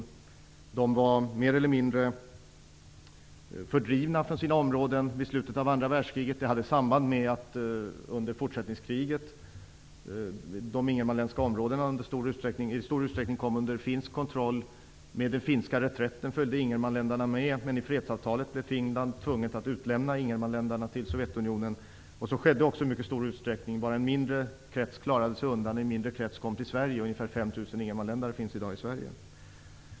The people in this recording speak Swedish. Under slutet av andra världskriget var de mer eller mindre fördrivna från sina områden. Detta hade ett samband med att de ingermanländska områdena till stor del kom under finsk kontroll under fortsättningskriget. I och med den finska reträtten följde ingermanlänningarna med, men i fredsavtalet blev Finland tvunget att utlämna ingermanlänningarna till Sovjetunionen. Så skedde också. Det vara bara en mindre krets som klarade sig undan. En del kom till Sverige. Det finns i dag ungefär 5 000 ingermanlänningar i Sverige.